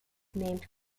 named